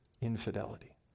infidelity